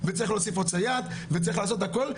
וצריך להוסיף עוד סייעת וצריך לעשות הכל,